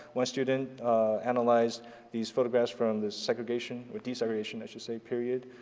one student analyzed these photographs from the segregation or desegregation i should say period